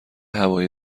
هوای